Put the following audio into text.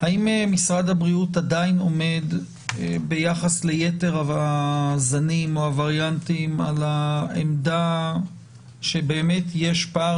האם משרד הבריאות עדיין עומד ביחס ליתר הווריאנטים על העמדה שבאמת יש פער